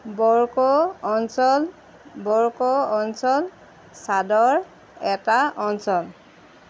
বৰকৌ অঞ্চল বৰকৌ অঞ্চল চাদৰ এটা অঞ্চল